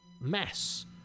mess